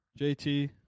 JT